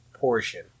portion